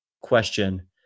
question